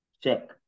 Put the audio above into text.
Check